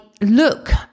look